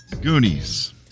Goonies